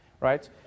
right